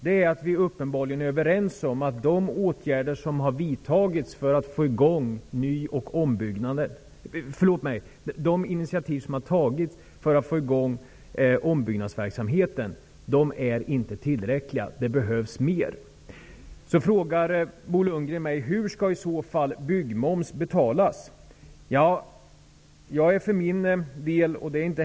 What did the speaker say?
Det är bra. Vi är uppenbarligen också överens om att de initiativ som har tagits för att få i gång ombyggnadsverksamheten inte är tillräckliga. Det behövs mer. Bo Lundgren frågade mig: Hur skall i så fall en sänkning av byggmomsen betalas?